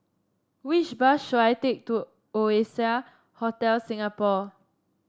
which bus should I take to Oasia Hotel Singapore